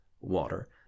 water